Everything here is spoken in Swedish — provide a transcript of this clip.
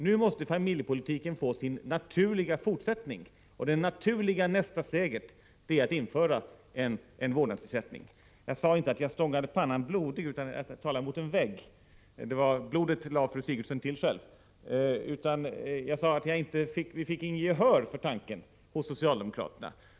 Nu måste familjepolitiken få sin naturliga fortsättning, och nästa naturliga steg är att införa en vårdnadsersättning. Jag sade inte att jag stångade pannan blodig utan att jag talade mot en vägg — blodet lade fru Sigurdsen till själv. Jag sade att vi inte fick något gehör för tanken hos socialdemokraterna.